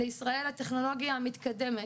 לישראל הטכנולוגיה המתקדמת,